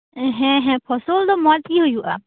ᱦᱮᱸ ᱦᱮᱸ ᱯᱷᱚᱥᱚᱞ ᱫᱚ ᱢᱚᱡᱜᱤ ᱦᱩᱭᱩᱜᱼᱟ